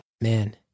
Man